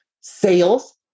sales